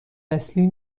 اصلی